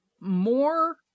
more